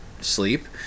sleep